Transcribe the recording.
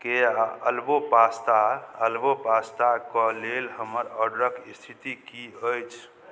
के अल्वो पास्ता अल्वो पास्ताके लेल हमर ऑडरके इस्थिति कि अछि